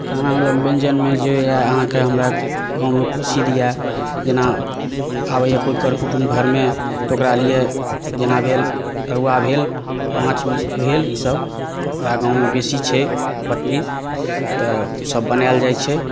अहाँ लग जे व्यञ्जनमे जे यऽ अहाँकेँ हमरा गाँवमे प्रसिद्ध यऽ जेना आबैया कोनो कर कुटुम्ब घरमे तऽ ओकरा लिए जेना भेल तरुआ भेल माछ भेल ई सभ वएह गाँवमे बेसी छै प्रति तऽ बनायल जाइ छै